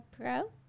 Pro